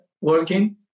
working